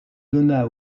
donna